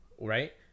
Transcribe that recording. right